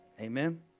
amen